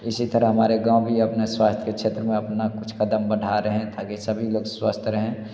इसी तरह हमारे गाँव भी अपने स्वास्थ्य के क्षेत्र में अपना कुछ क़दम बढ़ा रहे हैं ताकि सभी लोग स्वस्थ रहें